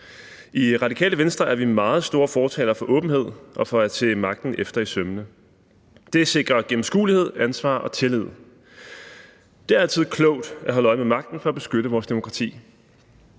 I Radikale Venstre er vi meget store fortalere for åbenhed og for at se magten efter i sømmene. Det sikrer gennemskuelighed, ansvar og tillid. Det er altid klogt at holde øje med magten for at beskytte vores demokrati,